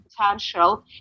potential